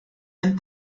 and